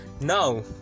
Now